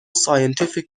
scientific